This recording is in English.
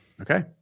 Okay